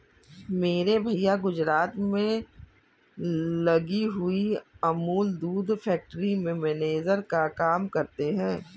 मेरे भैया गुजरात में लगी हुई अमूल दूध फैक्ट्री में मैनेजर का काम करते हैं